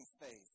faith